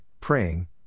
praying